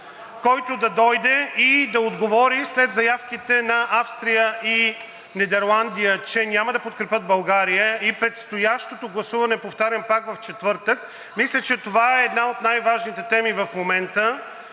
който да дойде и да отговори, след заявките на Австрия и Нидерландия, че няма да подкрепят България, и предстоящото гласуване, повтарям пак, в четвъртък. Мисля, че това е една от най-важните теми в момента.